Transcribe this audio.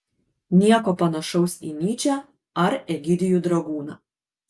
nieko panašaus į nyčę ar egidijų dragūną